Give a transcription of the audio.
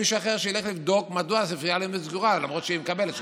שמישהו ילך לבדוק מדוע הספרייה סגורה למרות שהיא מקבלת 38,